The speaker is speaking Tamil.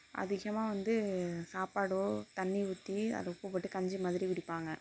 அதிகமாக வந்து சாப்பாடோ தண்ணி ஊற்றி அதில் உப்பு போட்டு கஞ்சி மாதிரி குடிப்பாங்கள்